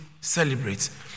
celebrates